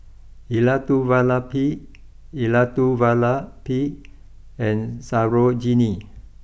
Elattuvalapil Elattuvalapil and Sarojini